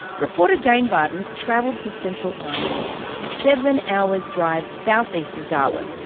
reporter jane bardon travelled to central arnhem land, seven hours' drive south-east of darwin,